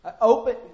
Open